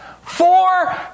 Four